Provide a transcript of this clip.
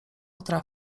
potra